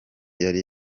yari